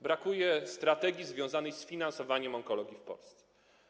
Brakuje strategii związanej z finansowaniem onkologii w Polsce.